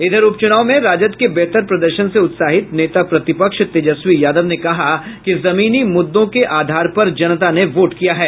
इधर उपचुनाव में राजद के बेहतर प्रदर्शन से उत्साहित नेता प्रतिपक्ष तेजस्वी यादव ने कहा कि जमीनी मुद्दों के आधार पर जनता ने वोट किया है